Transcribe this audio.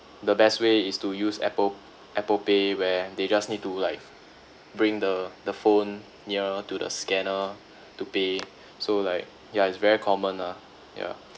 the best way is to use apple apple pay where they just need to like bring the the phone near to the scanner to pay so like yeah it's very common lah yeah